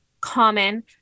common